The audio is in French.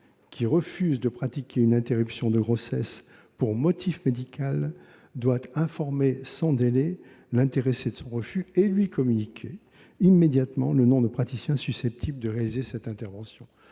qui refuse de pratiquer une interruption de grossesse pour motif médical doit informer sans délai l'intéressée de son refus et lui communiquer immédiatement le nom de praticiens susceptibles de réaliser cette intervention